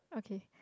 okay